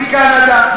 מקנדה,